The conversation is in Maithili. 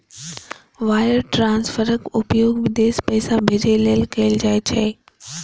वायर ट्रांसफरक उपयोग विदेश पैसा भेजै लेल कैल जाइ छै